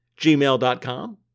gmail.com